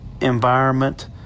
environment